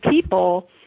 people –